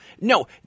No